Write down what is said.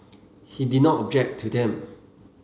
he did not object to them